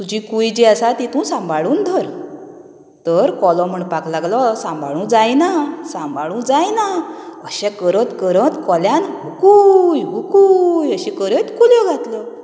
तुजी कूय जी आसा ती तूं सांबाळून धर तर कोलो म्हणपाक लागलो सांबाळू जायना सांबाळू जायना अशें करत करत कोल्यान कूंय कूंय अशें करीत कुल्यो घातल्यो